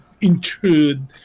intrude